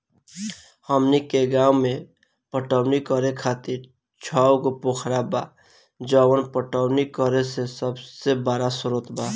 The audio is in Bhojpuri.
हमनी के गाँव में पटवनी करे खातिर छव गो पोखरा बा जवन पटवनी करे के सबसे बड़ा स्रोत बा